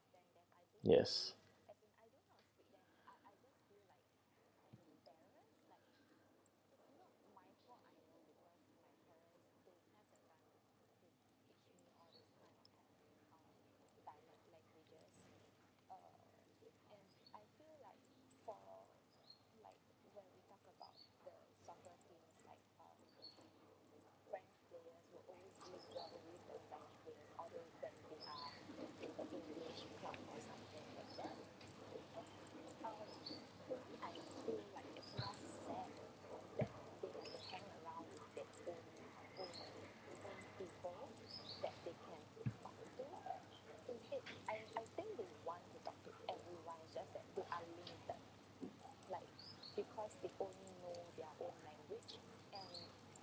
yes